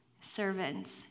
Servants